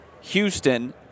Houston